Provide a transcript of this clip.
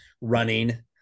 running